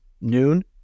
noon